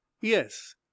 Yes